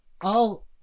I'll-